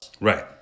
right